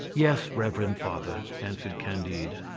yes, reverend father, answered candide.